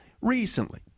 recently